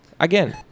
Again